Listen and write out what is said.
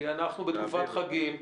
כי אנחנו בתקופת חגים.